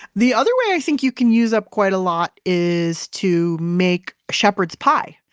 the other way i think you can use up quite a lot is to make shepherd's pie.